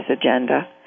agenda